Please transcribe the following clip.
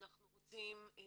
אנחנו רוצים גם